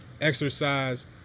exercise